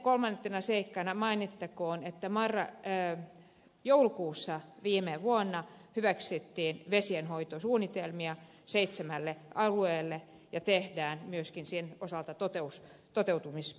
kolmantena seikkana mainittakoon että joulukuussa viime vuonna hyväksyttiin vesienhoitosuunnitelmia seitsemälle alueelle ja tehdään myöskin niiden osalta toteutusohjelmaa